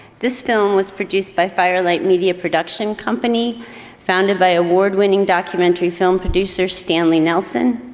this film was produced by firelight media production company founded by award-winning documentary film producer stanley nelson.